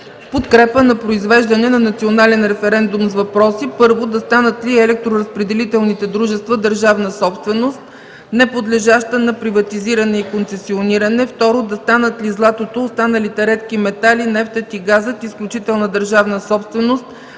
подкрепа на произвеждане на национален референдум с въпроси: 1. Да станат ли електроразпределителните дружества държавна собственост, неподлежаща на приватизиране и концесиониране? 2. Да станат ли златото и останалите редки метали, нефтът и газът изключителна държавна собственост,